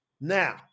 Now